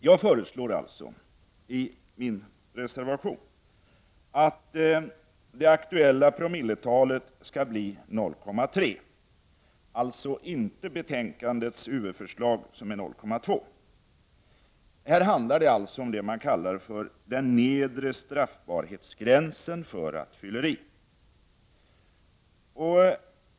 Jag föreslår i reservation 2 att det aktuella promilletalet skall sättas till 0,3, alltså inte till 0,2, som är betänkandets huvudförslag. Här handlar det om det man kallar den nedre straffbarhetsgränsen för rattfylleri.